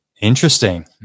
Interesting